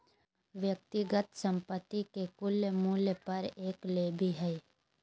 व्यक्तिगत संपत्ति के कुल मूल्य पर एक लेवी हइ